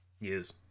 Yes